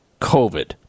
COVID